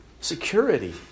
Security